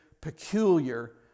peculiar